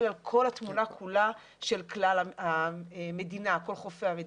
על כל התמונה כולה של כלל חופי המדינה.